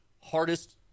hardest